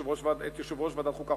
את יושב-ראש ועדת החוקה,